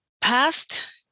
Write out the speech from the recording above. past